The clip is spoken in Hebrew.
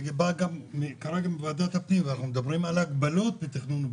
אני בא כרגע מוועדת הפנים ואנחנו מדברים על הגבלות בתכנון ובנייה,